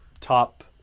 Top